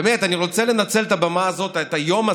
באמת, אני רוצה לנצל את הבמה הזאת, את היום הזה,